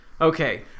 Okay